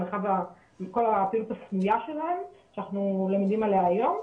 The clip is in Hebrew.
המרחב עם כל הפעילות הסמויה שלהם שאנחנו לומדים עליה היום.